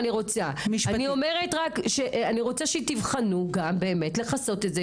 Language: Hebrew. אני מבקשת שתבחנו לכסות את זה,